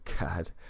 god